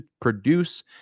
produce